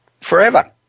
forever